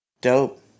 Dope